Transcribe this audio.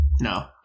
No